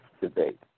debate